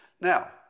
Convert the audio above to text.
Now